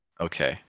Okay